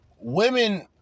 Women